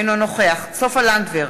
אינו נוכח סופה לנדבר,